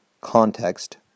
context